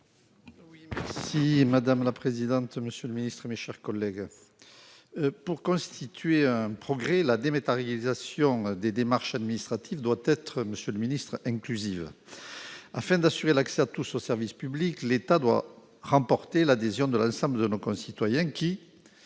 merci madame la présidente, monsieur le Ministre, mes chers collègues, pour constituer un progrès, la dématérialisation des démarches administratives, doit être Monsieur le Ministre, inclusive afin d'assurer l'accès de tous aux services publics, l'État doit remporter l'adhésion de l'ensemble de nos concitoyens qui,